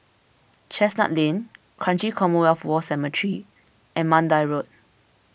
Chestnut Lane Kranji Commonwealth War Cemetery and Mandai Road